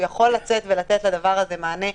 הוא יכול לצאת ולתת לדבר הזה מענה,